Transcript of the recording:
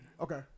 Okay